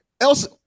Elsa